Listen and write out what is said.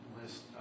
list